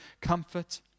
comfort